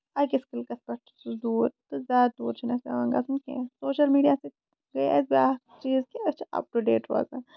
أکِس کِلکَس پٮ۪ٹھ چھُ سُہ دوٗر تہٕ زیادٕ دوٗر چُھنہٕ اَسہِ پیوان گژھُن کیٚنٛہہ سوشَل میٖڈیا سۭتۍ